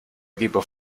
equipo